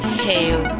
hail